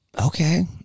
Okay